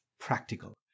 practical